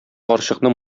карчыкны